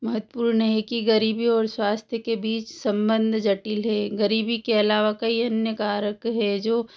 महत्वपूर्ण नहीं है कि गरीबी और स्वास्थ्य के बीच संबंध जटिल है गरीबी के अलावा कई अन्य कारक है जो